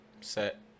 Set